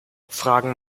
fragen